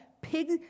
pig